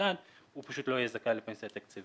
מוסד הוא פשוט לא יהיה זכאי לפנסיה תקציבית.